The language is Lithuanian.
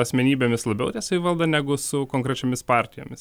asmenybėmis labiau ta savivalda negu su konkrečiomis partijomis